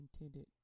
intended